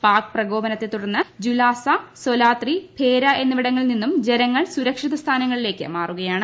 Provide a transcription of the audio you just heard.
പാക് പ്രകോപനത്തെ തുടർന്ന് ജുലാസ സോലാത്രി ഭേര എന്നിവിടങ്ങളിൽ നിന്നും ജനങ്ങൾ സുരക്ഷിത സ്ഥാനങ്ങളിലേക്ക് മാറുകയാണ്